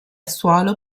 suolo